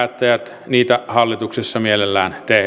päättäjät niitä hallituksessa mielellämme tee